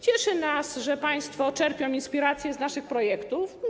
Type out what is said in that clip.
Cieszy nas, że państwo czerpią inspiracje z naszych projektów.